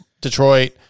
Detroit